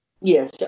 Yes